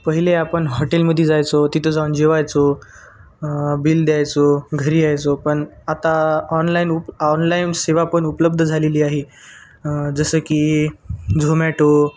पहिले आपण हॉटेलमध्ये जायचो तिथं जाऊन जेवायचो बिल द्यायचो घरी यायचो पण आता ऑनलाईन उप ऑनलाईन सेवा पण उपलब्ध झालेली आहे जसं की झोमॅटो